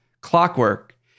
Clockwork